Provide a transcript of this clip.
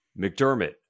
McDermott